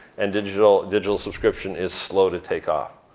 and digital digital subscription is slow to take off.